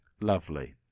Lovely